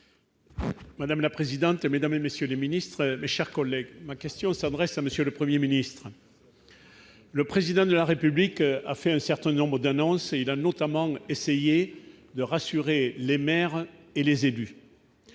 Madame la présidente, mesdames et messieurs les ministres, mes chers collègues, ma question s'adresse à monsieur le 1er ministre, le président de la République a fait un certain nombre d'annonces, il a notamment essayé de rassurer les maires et les élus,